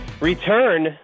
return